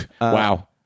wow